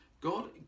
God